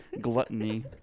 gluttony